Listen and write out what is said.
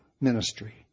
ministry